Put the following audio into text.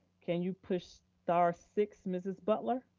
can you push star-six, mrs. butler?